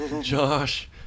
Josh